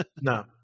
no